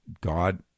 God